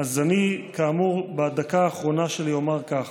אז אני, כאמור, בדקה האחרונה שלי אומר כך: